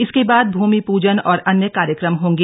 इसके बाद भूमि प्रजन और अन्य कार्यक्रम होंगे